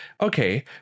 okay